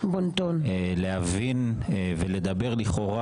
הנושא לא על